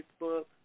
Facebook